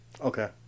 Okay